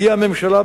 הגיעה הממשלה,